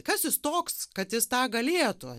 kas jis toks kad jis tą galėtų